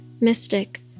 mystic